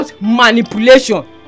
manipulation